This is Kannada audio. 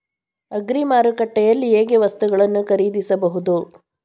ಅಗ್ರಿ ಮಾರುಕಟ್ಟೆಯಲ್ಲಿ ಹೇಗೆ ವಸ್ತುಗಳನ್ನು ಖರೀದಿಸಬಹುದು?